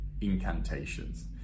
incantations